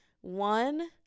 one